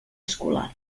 escolar